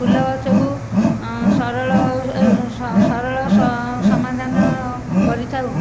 ଫୁଲ ଗଛକୁ ସରଳ ସରଳ ସମାଧାନ କରିଥାଉ